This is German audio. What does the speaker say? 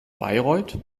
bayreuth